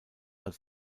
als